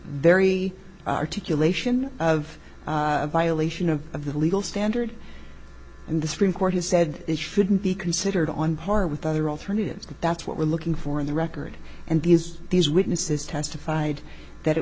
very articulation of a violation of of the legal standard and the supreme court has said it shouldn't be considered on par with other alternatives but that's what we're looking for in the record and these these witnesses testified that it